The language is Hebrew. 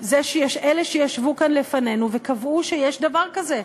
אלה שישבו כאן לפנינו וקבעו שיש דבר כזה,